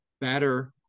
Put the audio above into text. better